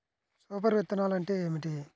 Super విత్తనాలు అంటే ఏమిటి?